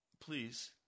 please